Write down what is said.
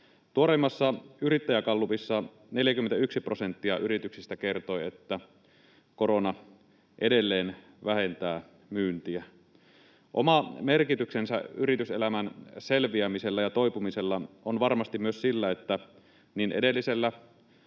Tuoreimmassa yrittäjägallupissa 41 prosenttia yrityksistä kertoi, että korona edelleen vähentää myyntiä. Oma merkityksensä yrityselämän selviämisellä ja toipumisella on varmasti myös sillä, että niin edellisellä